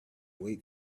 wait